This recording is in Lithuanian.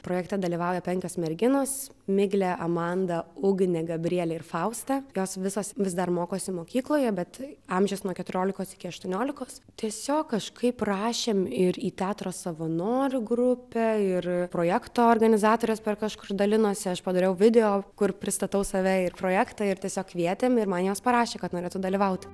projekte dalyvauja penkios merginos miglė amanda ugnė gabrielė ir fausta jos visos vis dar mokosi mokykloje bet amžius nuo keturiolikos iki aštuoniolikos tiesiog kažkaip rašėm ir į teatro savanorių grupę ir projekto organizatorės per kažkur dalinosi aš padariau video kur pristatau save ir projektą ir tiesiog kvietėm ir man jos parašė kad norėtų dalyvauti